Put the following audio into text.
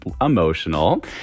emotional